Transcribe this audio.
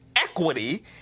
Equity